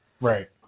Right